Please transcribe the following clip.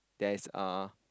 there is uh